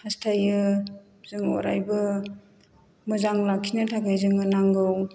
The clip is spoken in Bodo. हास्थायो जों अरायबो मोजां लाखिनो थाखाय जोङो नांगौ